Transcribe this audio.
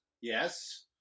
Yes